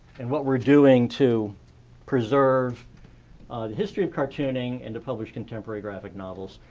and what we're doing to preserve the history of cartooning and to publish contemporary graphic novels.